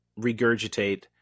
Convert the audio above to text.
regurgitate